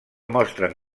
mostren